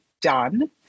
done